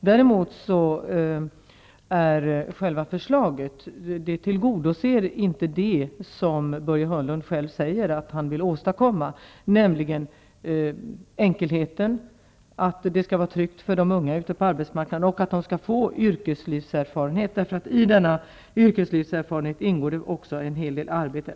Däremot tillgodoser regeringsförslaget inte det Börje Hörnlund själv säger att han vill åstadkomma, nämligen enkelheten, att det skall vara tryggt för de unga ute på arbetsmarknaden och att de skall få yrkeslivserfarenhet, för i yrkeslivserfarenhet ingår en hel del arbete.